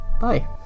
Bye